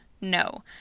No